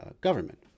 government